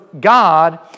God